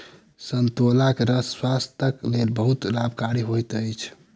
संतोलाक रस स्वास्थ्यक लेल बहुत लाभकारी होइत अछि